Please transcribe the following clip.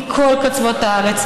מכל קצוות הארץ,